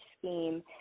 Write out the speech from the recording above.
scheme